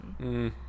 -hmm